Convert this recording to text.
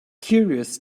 curious